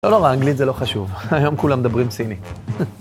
לא נורא, אנגלית זה לא חשוב. היום כולם מדברים סינית.